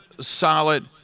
solid